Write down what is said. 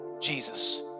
Jesus